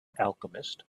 alchemist